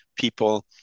people